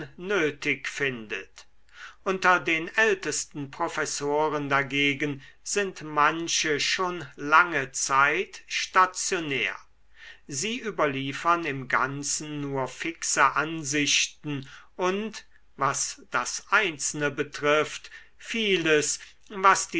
nötig findet unter den ältesten professoren dagegen sind manche schon lange zeit stationär sie überliefern im ganzen nur fixe ansichten und was das einzelne betrifft vieles was